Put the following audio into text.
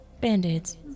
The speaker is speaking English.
Band-aids